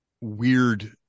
weird